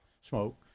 smoke